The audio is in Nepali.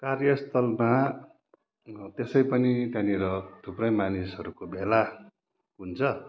कार्यस्थलमा त्यसै पनि त्यहाँनिर थुप्रै मानिसहरू को भेला हुन्छ